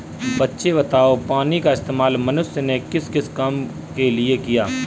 बच्चे बताओ पानी का इस्तेमाल मनुष्य ने किस किस काम के लिए किया?